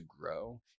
grow